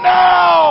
now